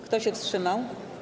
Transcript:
Kto się wstrzymał?